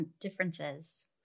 Differences